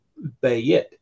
bayit